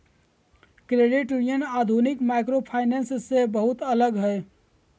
credit union आधुनिक microfinance से बहुते अलग हय